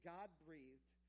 God-breathed